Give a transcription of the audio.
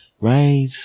Right